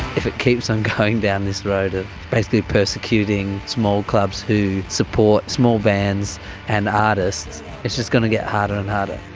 if it keeps on going down this road of basically persecuting small clubs who support small bands and artists, it's just going to get harder and harder.